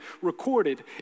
recorded